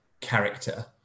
character